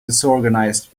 disorganized